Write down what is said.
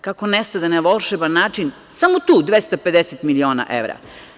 Kako nestade na volšeban način samo tu 250 miliona evra.